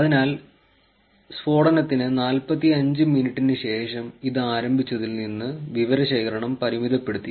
അതിനാൽ സ്ഫോടനത്തിന് 45 മിനിറ്റിന് ശേഷം ഇത് ആരംഭിച്ചതിൽ നിന്ന് വിവരശേഖരണം പരിമിതപ്പെടുത്തി